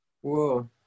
Whoa